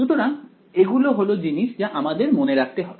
সুতরাং এগুলো হল জিনিস যা আমাদের মনে রাখতে হবে